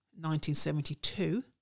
1972